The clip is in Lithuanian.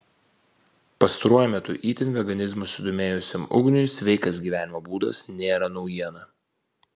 pastaruoju metu itin veganizmu susidomėjusiam ugniui sveikas gyvenimo būdas nėra naujiena